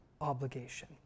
obligation